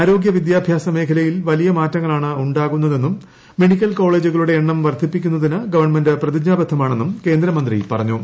ആരോഗ്യ വിദ്യാഭ്യാസ മേഖലയിൽ വലിയ മാറ്റങ്ങളാണ് ഉണ്ടാകുന്നതെന്നും മെഡിക്കൽ കോളേജുകളുടെ എണ്ണം വർദ്ധിപ്പിക്കുന്നതിന് ഗവൺമെന്റ് പ്രതിജ്ഞാബദ്ധമാണെന്നും കേന്ദ്രമന്ത്രി പറഞ്ഞു